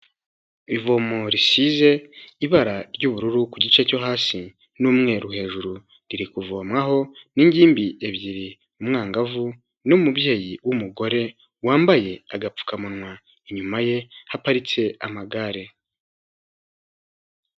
Ivomo risize ibara ry'ubururu ku gice cyo hasi n'umweru hejuru riri kuvomwaho n'ingimbi ebyiri, umwangavu n'umubyeyi w'umugore wambaye agapfukamunwa, inyuma ye haparitse amagare.